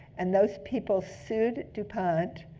and those people sued dupont.